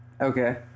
Okay